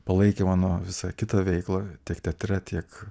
palaikė mano visą kitą veiklą tiek teatre tiek